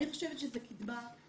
אני חושבת שזו קדמה.